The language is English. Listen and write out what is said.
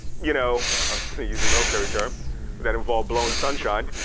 you know i was gonna use a military term that involved blowing sunshine,